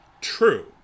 True